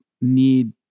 need